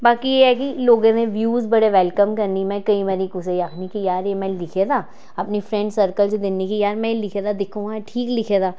बाकी एह् ऐ कि लोगें दे व्यूज़ बड़े वैलकम करनी में केईं बारी कुसै ई आखनी कि यार एह् में लिखे दा अपने फ्रैंड सर्कल च दिन्नी कि यार में लिखे दा दिक्खो आं ठीक लिखे दा